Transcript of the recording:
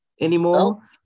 anymore